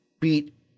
beat